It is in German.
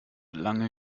lange